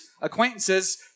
acquaintances